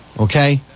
okay